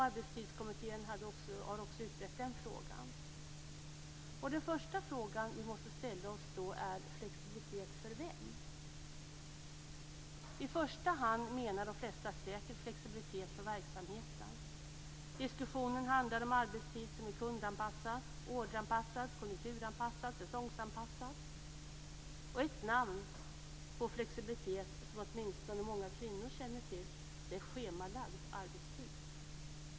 Arbetstidskommittén har också utrett den frågan. Den första frågan vi då måste ställa oss är: Flexibilitet för vem? I första hand menar de flesta säkert flexibilitet för verksamheten. Diskussionen handlar om arbetstid som är kundanpassad, orderanpassad, konjunkturanpassad, säsongsanpassad. Ett namn på flexibilitet som åtminstone många kvinnor känner till är schemalagd arbetstid.